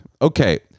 Okay